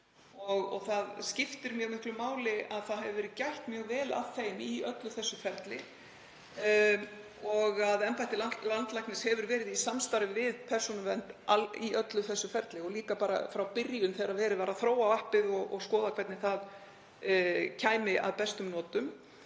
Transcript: Það skiptir mjög miklu máli að gætt hefur verið mjög vel að þeim í öllu þessu ferli og embætti landlæknis hefur verið í samstarfi við Persónuvernd í öllu ferlinu alveg frá byrjun þegar verið var að þróa appið og skoða hvernig það kæmi að bestum notum.